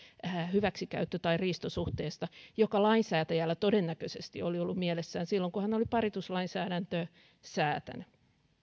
hyväksikäyttö tai riistosuhteesta joka lainsäätäjällä todennäköisesti oli ollut mielessään silloin kun hän oli parituslainsäädäntöä säätänyt